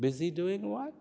busy doing what